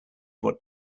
what